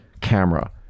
camera